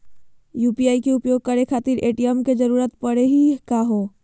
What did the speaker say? UPI के उपयोग करे खातीर ए.टी.एम के जरुरत परेही का हो?